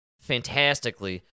fantastically